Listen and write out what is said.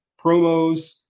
promos